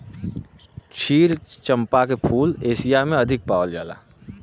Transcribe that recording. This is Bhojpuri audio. क्षीर चंपा के फूल एशिया में अधिक पावल जाला